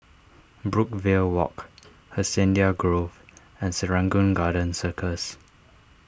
Brookvale Walk Hacienda Grove and Serangoon Garden Circus